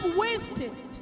wasted